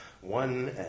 one